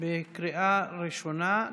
בקריאה ראשונה.